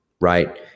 right